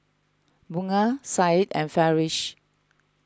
Bunga Syed and Farish